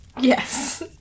Yes